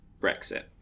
Brexit